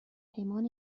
پیمان